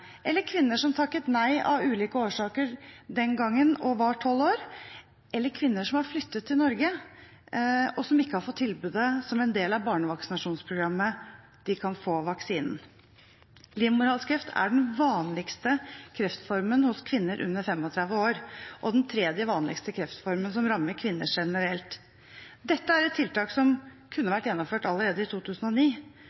eller kvinner som var tolv år den gangen, og som av ulike årsaker takket nei, eller kvinner som har flyttet til Norge, og som ikke har fått tilbudet som en del av barnevaksinasjonsprogrammet, der en kan få vaksinen. Livmorhalskreft er den vanligste kreftformen hos kvinner under 35 år og den tredje vanligste kreftformen som rammer kvinner generelt. Dette er et tiltak som kunne